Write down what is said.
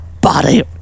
body